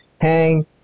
hang